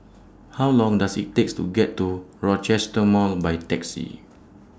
How Long Does IT takes to get to Rochester Mall By Taxi